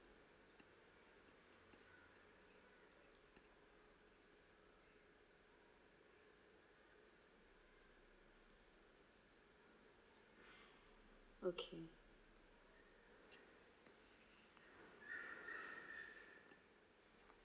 okay